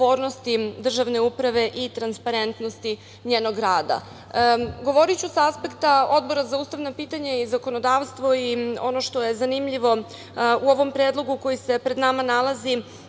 odgovornosti državne uprave i transparentnosti njenog rada. Govoriću sa aspekta Odbora za ustavna pitanja i zakonodavstvo. Ono što je zanimljivo u ovom predlogu koji se pred nama nalazi